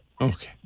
Okay